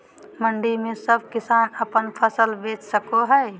मंडी में सब किसान अपन फसल बेच सको है?